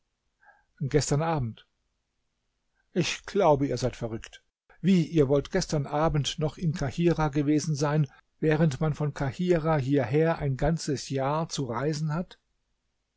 gestern abend ich glaube ihr seid verrückt wie ihr wollt gestern abend noch in kahirah gewesen sein während man von kahirah hierher ein ganzes jahr zu reisen hat